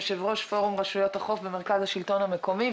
יושב-ראש פורום רשויות החוף במרכז השלטון המקומי,